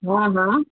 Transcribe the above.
हा हा